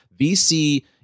VC